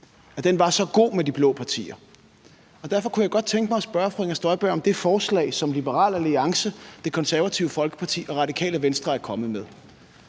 at den var så god med de blå partier. Derfor kunne jeg godt tænke mig at stille et spørgsmål til fru Inger Støjberg om det forslag, som Liberal Alliance, Det Konservative Folkeparti og Radikale Venstre er kommet med,